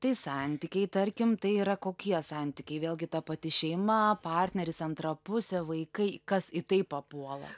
tai santykiai tarkim tai yra kokie santykiai vėlgi ta pati šeima partneris antra pusė vaikai kas į tai papuola